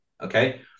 okay